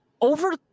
over